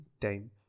time